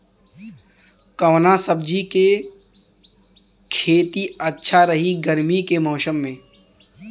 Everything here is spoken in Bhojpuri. कवना सब्जी के खेती अच्छा रही गर्मी के मौसम में?